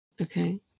Okay